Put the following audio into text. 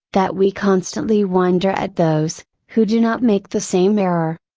that we constantly wonder at those, who do not make the same error.